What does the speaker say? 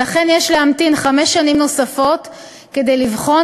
ולכן יש להמתין חמש שנים נוספות כדי לבחון